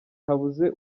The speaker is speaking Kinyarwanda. habuze